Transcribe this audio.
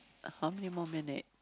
how many more minute